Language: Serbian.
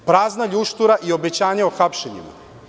Prazna ljuštura i obećanja hapšenjima.